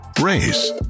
race